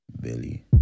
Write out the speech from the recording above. Billy